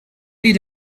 did